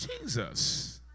Jesus